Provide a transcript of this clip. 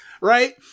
right